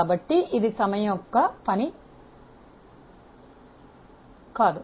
కాబట్టి ఇది సమయం యొక్క పని కాదు